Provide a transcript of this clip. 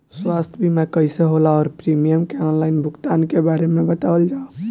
स्वास्थ्य बीमा कइसे होला और प्रीमियम के आनलाइन भुगतान के बारे में बतावल जाव?